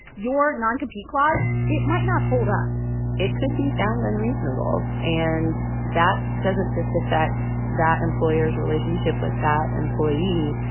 your non-compete clause, it might not hold up it could be found unreasonable, and that doesn't just affect that employer's relationship with that employee.